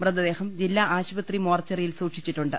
മൃതദേഹം ജില്ലാ ആശുപത്രി മോർച്ചറിയിൽ സൂക്ഷിച്ചിട്ടുണ്ട്